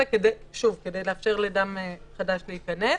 כדי לאפשר לדם חדש להיכנס.